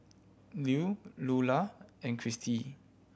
Lew Lulah and Kirstie